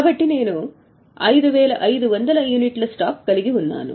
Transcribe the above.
కాబట్టి నేను 5500 యూనిట్ల స్టాక్ కలిగి ఉన్నాను